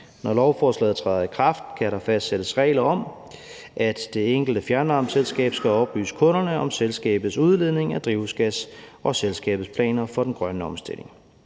Når lovforslaget træder i kraft, kan der fastsættes regler om, at det enkelte fjernvarmeselskab skal oplyse kunderne om selskabets udledning af drivhusgas og selskabets planer for den grønne omstilling.